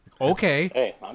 Okay